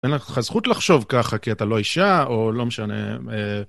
אין לך זכות לחשוב ככה, כי אתה לא אישה, או לא משנה.